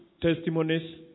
testimonies